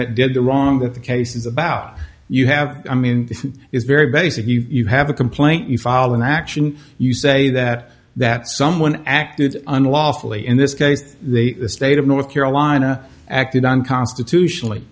that did the wrong that the case is about you have i mean this is very basic if you have a complaint you follow an action you say that that someone acted unlawfully in this case the state of north carolina acted unconstitutionally